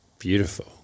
Beautiful